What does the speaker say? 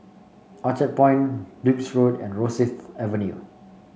Orchard Point Duke's Road and Rosyth Avenue